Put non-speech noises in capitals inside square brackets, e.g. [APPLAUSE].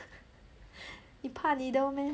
[LAUGHS] 你怕 needle meh